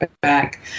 back